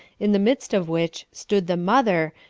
in the midst of which stood the mother,